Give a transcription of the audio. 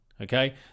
okay